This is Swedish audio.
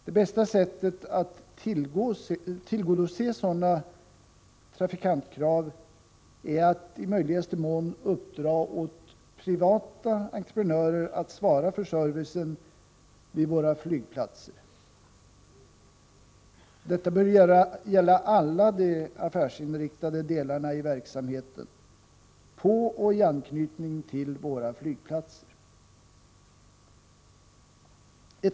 Det bästa sättet att tillgodose sådana trafikantkrav är att i möjligaste mån uppdra åt privata entreprenörer att svara för servicen vid våra flygplatser. Detta bör gälla alla de affärsinriktade delarna av verksamheten, på och i anknytning till våra flygplatser.